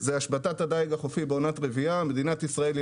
השבתת הדיג החופי בעונת רבייה מדינת ישראל היא